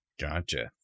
Gotcha